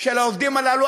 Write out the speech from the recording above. של העובדים הללו,